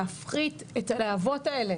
להפחית את הלהבות האלה